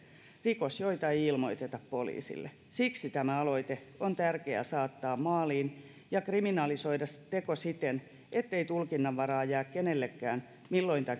rikos joita ei ilmoiteta poliisille siksi tämä aloite on tärkeää saattaa maaliin ja kriminalisoida teko siten ettei tulkinnanvaraa jää kenellekään siinä milloin